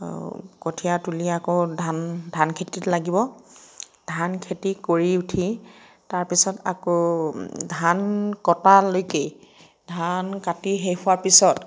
কঠীয়া তুলি আকৌ ধান ধান খেতিত লাগিব ধান খেতি কৰি উঠি তাৰপিছত আকৌ ধান কটালৈকে ধান কাটি শেষ হোৱাৰ পিছত